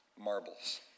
marbles